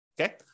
Okay